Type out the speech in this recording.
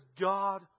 God